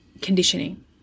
conditioning